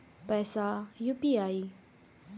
पैसा यू.पी.आई?